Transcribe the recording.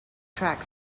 track